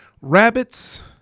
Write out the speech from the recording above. Rabbits